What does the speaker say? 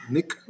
Nick